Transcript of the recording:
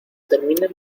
terminen